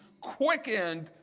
quickened